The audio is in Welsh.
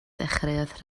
dechreuodd